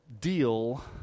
deal